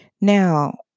Now